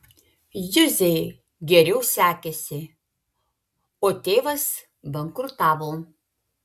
juzei geriau sekėsi o tėvas bankrutavo